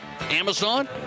Amazon